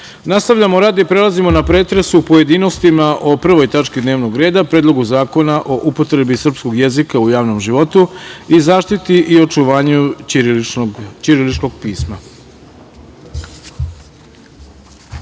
skupštine. Nastavljamo rad i prelazimo na pretres u pojedinostima o Prvoj tački dnevnog reda – Predlogu zakona o upotrebi srpskog jezika u javnom životu i zaštiti i očuvanju ćiriličkog